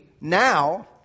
now